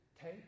take